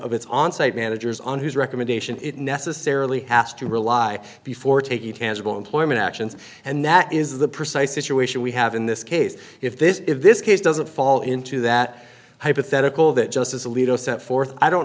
of its on site managers on whose recommendation it necessarily has to rely before taking tangible employment actions and that is the precise situation we have in this case if this if this case doesn't fall into that hypothetical that justice alito set forth i don't